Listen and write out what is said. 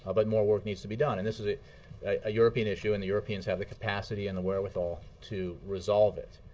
ah but more work needs to be done. and this is a yeah european issue and the europeans have the capacity and the wherewithal to resolve it.